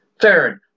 Third